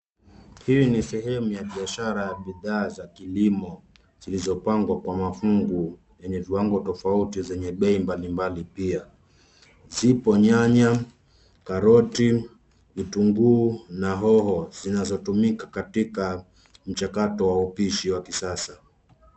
Hii ni sehemu ya biashara ya bidhaa za kilimo zilizopangwa kwa mafungu yenye viwango tofauti zenye bei mbalimbali pia. Zipo nyanya, karoti, vitunguu na hoho zinazotumika katika mchakato wa upishi wa kisasa.